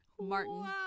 Martin